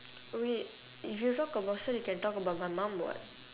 wait if you talk about cert you can talk about my mum [what]